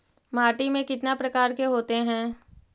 माटी में कितना प्रकार के होते हैं?